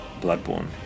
Bloodborne